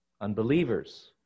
Unbelievers